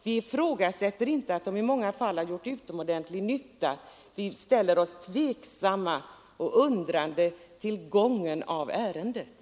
Vi ifrågasätter inte heller att de i många fall har gjort utomordentlig nytta. Men vi ställer oss tveksamma och undrande till gången av ärendet.